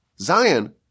Zion